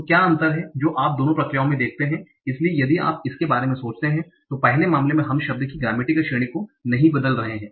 तो क्या अंतर है जो आप दो प्रक्रियाओं में देखते हैं इसलिए यदि आप इसके बारे में सोचते हैं पहले मामले में हम शब्द की ग्रामेटिकल श्रेणी को नहीं बदल रहे हैं